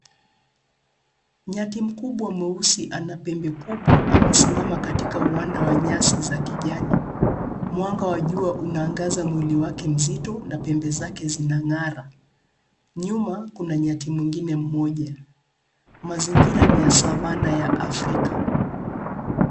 Nyati mkubwa mweusi ana pembe kubwa amesimama katika uwanda wa nyasi za kijani. Mwanga wa jua unaangaza mwili wake mzito na pembe zake zinang'ara. Nyuma, kuna nyati mwingine mmoja. Mazingira ni ya savana ya Afrika.